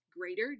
greater